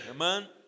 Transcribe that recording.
Amen